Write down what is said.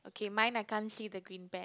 okay mine I can't see the green pant